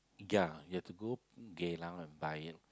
ya you have to go Geylang and buy it